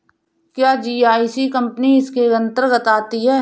क्या GIC company इसके अन्तर्गत आती है?